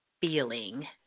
feeling